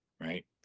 right